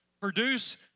Produce